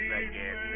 again